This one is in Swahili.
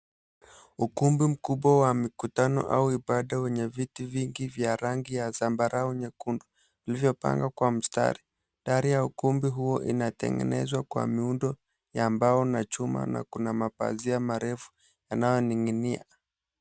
Ukumbi mkubwa wa mikutano au ibada wenye viti vingi vya rangi ya zambarau nyekundu vilivyopangwa kwa mstari. Dari ya ukumbi huo inatengenezwa kwa muundo ya mbo na chuma na luna mapazia marefu yanayoning'inia.